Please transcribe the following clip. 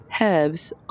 herbs